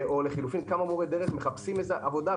או לחילופין כמה מורי דרך מחפשים עבודה,